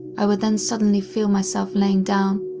i would then suddenly feel myself laying down,